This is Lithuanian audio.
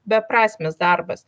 beprasmis darbas